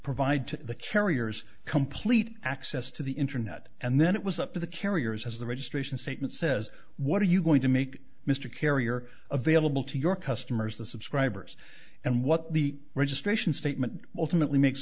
provide to the carriers complete access to the internet and then it was up to the carriers as the registration statement says what are you going to make mr carrier available to your customers the subscribers and what the registration statement ultimately makes